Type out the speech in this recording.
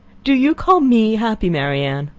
do you call me happy, marianne?